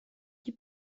qui